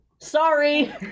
sorry